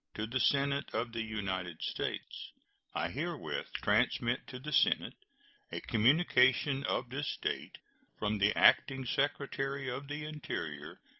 to the senate of the united states i herewith transmit to the senate a communication of this date from the acting secretary of the interior,